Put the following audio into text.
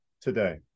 today